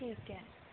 ਠੀਕ ਹੈ